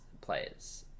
players